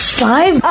five